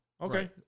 Okay